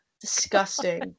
Disgusting